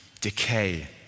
decay